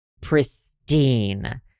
Pristine